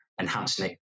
enhancing